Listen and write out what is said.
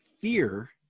Fear